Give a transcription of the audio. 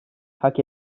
hak